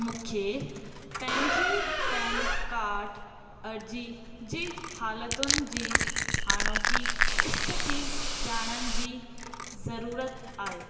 मूंखे पंहिंजे PAN card अर्जी जी हालतुनि जी हाणोकी स्थिति जाणण जी ज़रूरत आहे